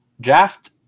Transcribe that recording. Draft